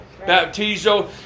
Baptizo